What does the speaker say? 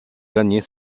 gagner